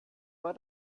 war